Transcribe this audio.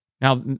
Now